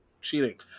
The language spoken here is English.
cheating